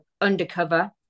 undercover